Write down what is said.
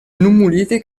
nummuliti